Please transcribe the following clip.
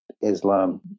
Islam